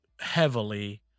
heavily